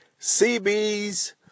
CB's